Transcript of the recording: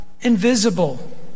invisible